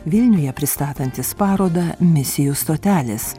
vilniuje pristatantis parodą misijų stotelės